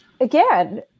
again